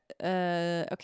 Okay